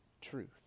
truth